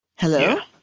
hello.